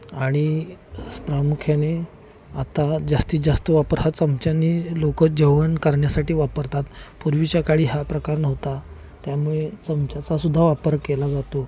आणि प्रामुख्याने आता जास्तीत जास्त वापर हा चमच्यानी लोकं जेवण करण्यासाठी वापरतात पूर्वीच्या काळी हा प्रकार नव्हता त्यामुळे चमच्याचासुद्धा वापर केला जातो